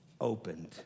opened